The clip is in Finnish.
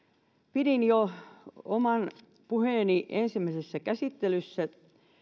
pidin oman puheeni jo ensimmäisessä käsittelyssä